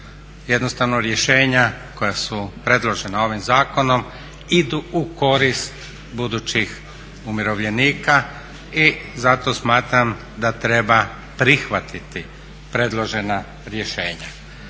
Jednostavno rješenja koja su predložena ovim zakonom idu u korist budućih umirovljenika i zato smatram da treba prihvatiti predložena rješenja.